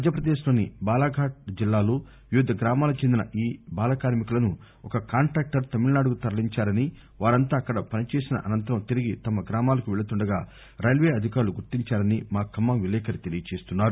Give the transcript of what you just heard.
మధ్యపదేశ్లోని బాలాఘట్ జిల్లాలో వివిధ గ్రామాలకు చెందిన ఈ బాల కార్మికులను ఒక కాంట్రాక్టర్ తమిళనాడుకు తరలించారని వారంతా అక్కడ పనిచేసిన అనంతరం తిరిగి తమ గ్రామాలకు వెళుతుండగా రైల్వే అధికారులు గుర్తించారని మా ఖమ్మం విలేఖరి తెలియచేస్తున్నారు